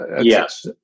Yes